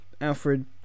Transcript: Alfred